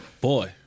boy